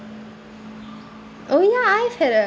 oh ya I've had a